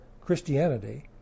Christianity